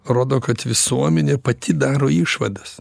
rodo kad visuomenė pati daro išvadas